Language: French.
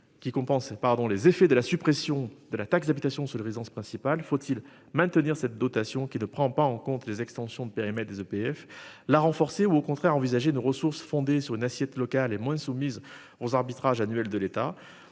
Qui compense pardon les effets de la suppression de la taxe d'habitation sur les résidences principales, faut-il maintenir cette dotation qui ne prend pas en compte les extensions de périmètres des EPF la renforcer ou au contraire envisager de ressources fondée sur une assiette locale et moins soumise aux arbitrages annuelle de l'État.